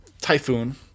Typhoon